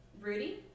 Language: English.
Rudy